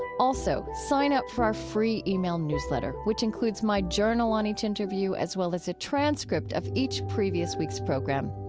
also, sign up for our free e-mail newsletter, which includes my journal on each interview, as well as a transcript of each previous week's program.